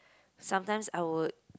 sometimes I would